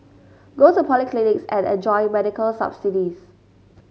go to polyclinics and enjoy medical subsidies